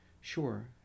Sure